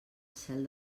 cel